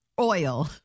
Oil